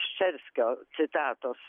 ščerskio citatos